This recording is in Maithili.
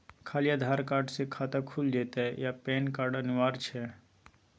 खाली आधार कार्ड स खाता खुईल जेतै या पेन कार्ड अनिवार्य छै?